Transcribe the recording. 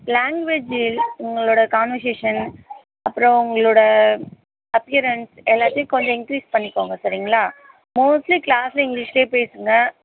லேங்குவேஜி உங்களோடய கான்வெர்சேஷன் அப்புறோம் உங்களோடய அப்பியரன்ஸ் எல்லாத்தையும் கொஞ்சம் இன்க்ரீஸ் பண்ணிக்கோங்க சரிங்களா மோஸ்ட்லி க்ளாஸில் இங்கிலிஷ்லயே பேசுங்க